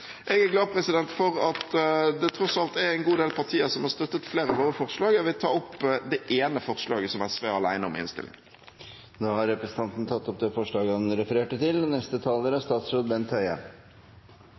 Jeg er glad for at det tross alt er en god del partier som har støttet flere av våre forslag. Jeg vil ta opp det ene forslaget som SV er alene om i innstillingen. Representanten Audun Lysbakken tatt opp det forslaget han refererte til. Jeg kan svare representanten Lysbakken at det er